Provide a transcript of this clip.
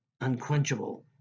unquenchable